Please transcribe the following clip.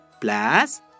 plus